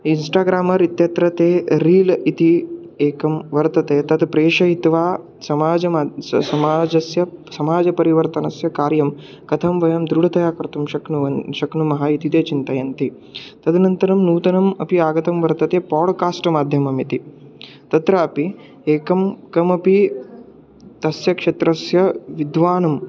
Instagrammer इत्यत्र ते reel इति एकं वर्तते तत् प्रेषयित्वा समाजः माद् स समाजस्य समाजपरिवर्तनस्य कार्यं कथं वयं दृढतया कर्तुं शक्नुवन् शक्नुमः इति ते चिन्तयन्ति तदनन्तरं नूतनम् अपि आगतं वर्तते पाड्कास्ट् माध्यमम् इति तत्रापि एकं किमपि तस्य क्षेत्रस्य विद्वानम्